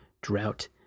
drought